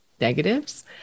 negatives